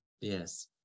yes